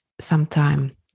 sometime